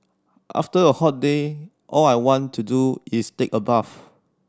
after a hot day all I want to do is take a bath